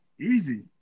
Easy